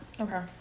Okay